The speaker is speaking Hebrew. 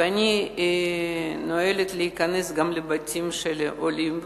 ואני נוהגת להיכנס גם לבתים של עולים.